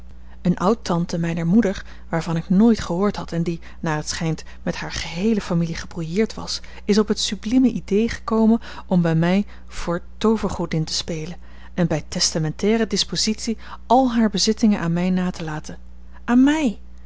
eene oudtante mijner moeder waarvan ik nooit gehoord had en die naar het schijnt met hare geheele familie gebrouilleerd was is op het sublieme idée gekomen om bij mij voor toovergodin te spelen en bij testamentaire dispositie al hare bezittingen aan mij na te laten aan mij